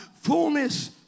fullness